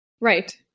right